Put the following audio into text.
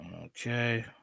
Okay